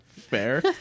Fair